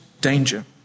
danger